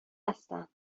هستن